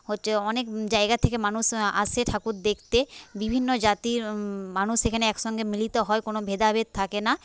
হচ্ছে অনেক জায়গা থেকে মানুষ আসে ঠাকুর দেখতে বিভিন্ন জাতির মানুষ এখানে একসঙ্গে মিলিত হয় কোনও ভেদাভেদ থাকে না